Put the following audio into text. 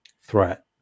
threat